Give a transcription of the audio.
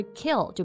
kill